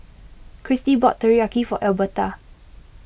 Christy bought Teriyaki for Albertha